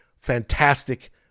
fantastic